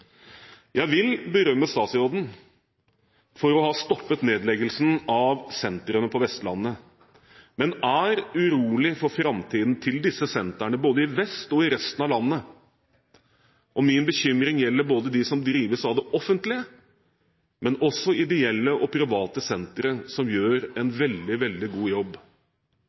Jeg vil berømme statsråden for å ha stoppet nedleggelsen av sentrene på Vestlandet, men er urolig for framtiden til disse sentrene både i vest og i resten av landet. Min bekymring gjelder både de sentrene som drives av det offentlige, og ideelle og private sentre, som gjør en veldig god jobb.